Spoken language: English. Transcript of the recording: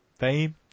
fame